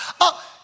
up